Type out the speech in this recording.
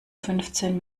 fünfzehn